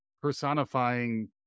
personifying